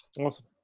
awesome